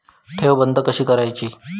ठेव बंद कशी करायची?